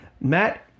Matt